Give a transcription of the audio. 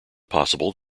possible